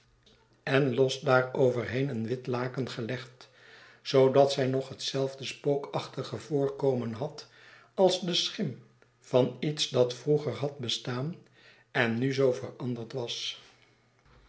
en los daaroverheen een wit laken gelegd zoodat zij nog hetzelfde spookachtige voorkomen had als de schim van iets dat vroeger had bestaan en nu zoo veranderd was